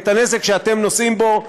את הנזק שאתם נושאים בו,